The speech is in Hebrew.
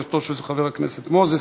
כבקשתו של חבר הכנסת מוזס,